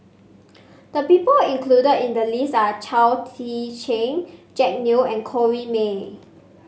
the people included in the list are Chao Tzee Cheng Jack Neo and Corrinne May